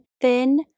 thin